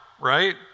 right